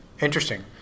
Interesting